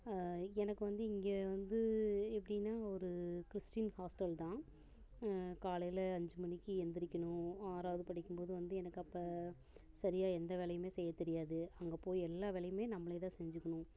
எனக்கு வந்து இங்கே வந்து எப்படின்னா ஒரு கிறிஸ்டின் ஹாஸ்டல் தான் காலையில் அஞ்சு மணிக்கு எழுந்திரிக்குணும் ஆறாவது படிக்கும்போது வந்து எனக்கு அப்போ சரியாக எந்த வேலையுமே செய்ய தெரியாது அங்கே போய் எல்லா வேலையுமே நம்மளேதான் செஞ்சுக்குணும்